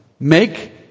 Make